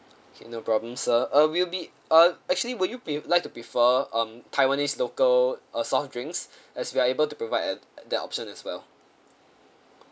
okay no problem sir uh we will be uh actually would you pre~ like to prefer um taiwanese local uh soft drinks as we are able to provide uh that option as well